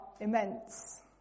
immense